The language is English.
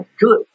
good